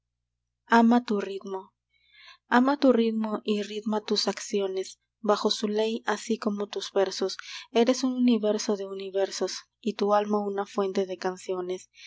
ama tu ritmo ama tu ritmo y ritma tus acciones bajo su ley así como tus versos eres un universo de universos y tu alma una fuente de canciones